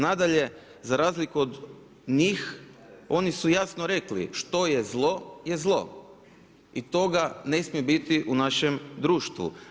Nadalje, za razliku od njih oni su jasno rekli što je zlo je zlo i toga ne smije biti u našem društvu.